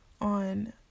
on